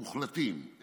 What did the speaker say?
מוחלטים,